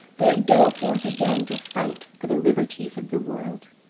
that it go forth again to fight for the liberties of the world.